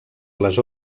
les